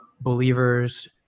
believers